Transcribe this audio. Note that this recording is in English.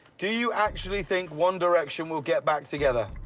do you actually think one direction will get back together?